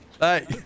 Hey